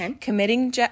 committing